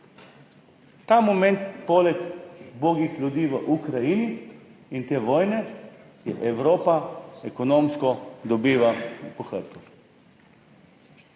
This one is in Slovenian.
Ta moment jo poleg ubogih ljudi v Ukrajini in te vojne Evropa ekonomsko dobiva po hrbtu.